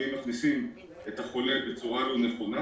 ואם מכניסים את החולה בצורה לא נכונה